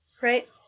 right